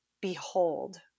behold